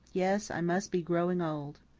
yes, i must be growing old.